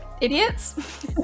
idiots